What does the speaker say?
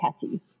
catchy